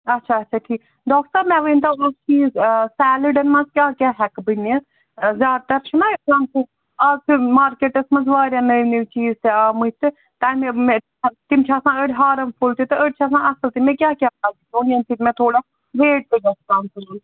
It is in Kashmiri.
اَچھا اَچھا ٹھیٖک ڈاکٹر مےٚ ؤنۍتَو اَکھ چیٖز سیلِڈَن منٛز کیٛاہ کیٛاہ ہیٚکہٕ بہٕ نِتھ زیادٕ تَر چھُنا آسان ہُو مارکیٹَس منٛز واریاہ نٔوۍ نٔوۍ چیٖز تہِ آمٕتۍ تہٕ تَمی تِم چھِ آسان أڑۍ ہارَمفُل تہِ تہٕ أڑۍ چھِ آسان اَصٕل تہِ مےٚ کیٛاہ کیٛاہ پَزِ کھیٚون ییٚمہِ سۭتۍ مےٚ تھوڑا ویٹ تہِ گژھ کَمپُلیٖٹ